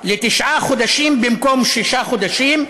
לתשעה חודשים במקום שישה חודשים,